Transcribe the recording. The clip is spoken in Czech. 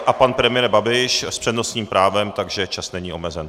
A pan premiér Babiš s přednostním právem, takže čas není omezen.